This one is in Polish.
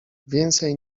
więcej